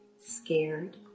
scared